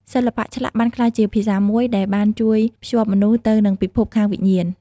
សិល្បៈឆ្លាក់បានក្លាយជាភាសាមួយដែលបានជួយភ្ជាប់មនុស្សទៅនឹងពិភពខាងវិញ្ញាណ។